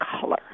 color